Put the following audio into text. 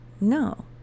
no